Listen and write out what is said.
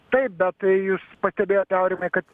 taip bet tai jūs pastebėjote aurimai kad